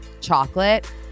chocolate